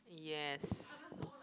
yes